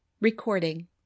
Recording